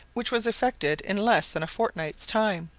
which was effected in less than a fortnight's time.